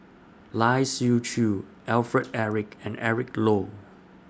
Lai Siu Chiu Alfred Eric and Eric Low